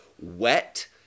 wet